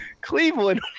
Cleveland